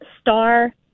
star